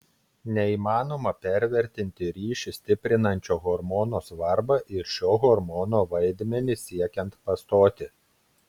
neįmanoma pervertinti ryšį stiprinančio hormono svarbą ir šio hormono vaidmenį siekiant pastoti